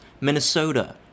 Minnesota